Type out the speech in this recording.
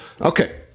Okay